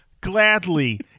gladly